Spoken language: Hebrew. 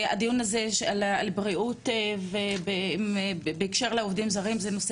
הדיון הזה על בריאות בהקשר לעובדים זרים זה נושא